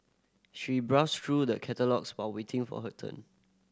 she browsed through the catalogues while waiting for her turn